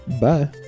Bye